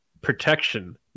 protection